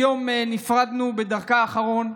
היום נפרדנו בדרכה האחרונה.